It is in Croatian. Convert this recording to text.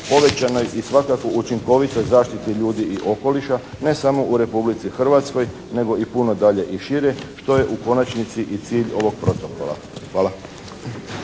povećanoj i svakako učinkovitoj zaštiti ljudi i okoliša, ne samo u Republici Hrvatskoj nego i puno dalje i šire što je u konačnici i cilj ovog Protokola. Hvala.